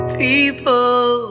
people